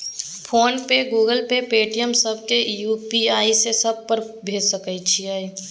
Phone पे, Google Pay, Paytm, सब के UPI से सब पर भेज सके छीयै?